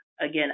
Again